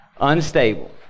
unstable